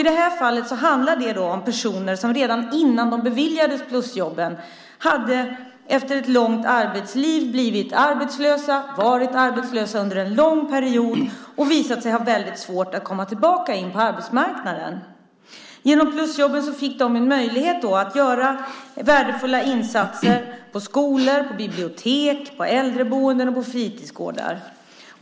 Det handlar i det här fallet om personer som efter ett långt arbetsliv hade blivit arbetslösa redan innan de beviljades plusjobben. De hade varit arbetslösa en lång period, och det hade visat sig att de hade svårt att komma tillbaka in på arbetsmarknaden. Genom plusjobben fick de möjlighet att göra värdefulla insatser på skolor, på bibliotek, på äldreboenden och på fritidsgårdar.